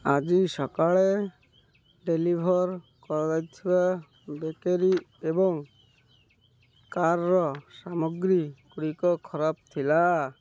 ଆଜି ସକାଳେ ଡେଲିଭର୍ କରାଯାଇଥିବା ବେକେରୀ ଏବଂ କାର୍ର ସାମଗ୍ରୀ ଗୁଡ଼ିକ ଖରାପ ଥିଲା